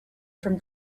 from